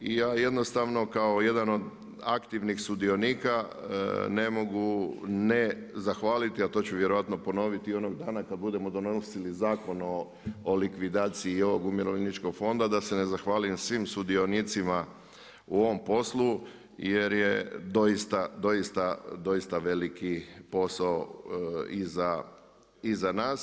I ja jednostavno kao jedan od aktivnih sudionika ne mogu ne zahvaliti a to ću vjerojatno ponoviti i onog dana kada budemo donosili Zakon o likvidaciji i ovog Umirovljeničkog fonda da se ne zahvalim svim sudionicima u ovom poslu jer je doista veliki posao i za nas.